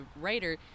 writer